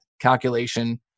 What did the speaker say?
calculation